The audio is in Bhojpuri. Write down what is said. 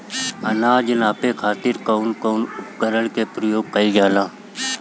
अनाज नापे खातीर कउन कउन उपकरण के प्रयोग कइल जाला?